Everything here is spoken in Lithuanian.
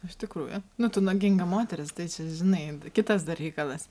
iš tikrųjų nu tu naginga moteris tai čia žinai kitas dar reikalas